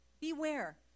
beware